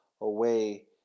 away